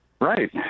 Right